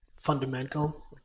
fundamental